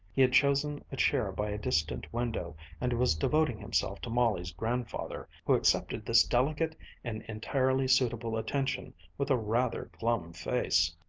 he had chosen a chair by a distant window and was devoting himself to molly's grandfather, who accepted this delicate and entirely suitable attention with a rather glum face.